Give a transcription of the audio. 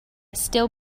still